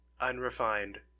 unrefined